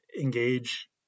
Engage